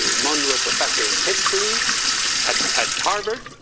monroe professor of history at at harvard,